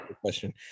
question